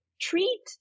treat